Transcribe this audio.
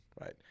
right